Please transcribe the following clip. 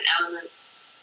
elements